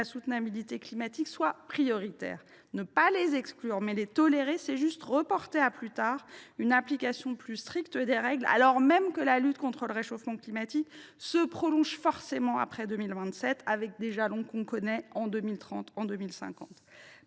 soutenabilité climatique soit prioritaire. Ne pas les exclure, mais les tolérer, signifie que l’on reporte à plus tard une application plus stricte des règles, alors même que la lutte contre le réchauffement climatique se prolongera forcément après 2027, avec des jalons en 2030 et 2050.